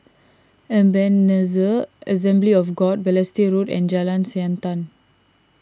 Ebenezer Assembly of God Balestier Road and Jalan Siantan